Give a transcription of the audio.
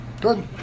Good